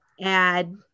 add